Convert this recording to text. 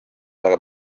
väga